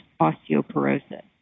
osteoporosis